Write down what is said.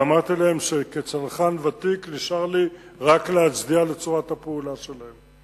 ואמרתי להם שכצנחן ותיק נשאר לי רק להצדיע לצורת הפעולה שלהם.